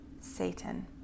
Satan